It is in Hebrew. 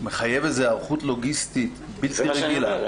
איזו היערכות לוגיסטית בלתי רגילה.